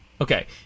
Okay